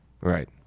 right